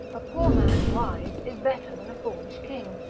a poor man wise is better than a foolish king,